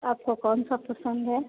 आपको कौन सा पसंद है